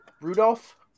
Rudolph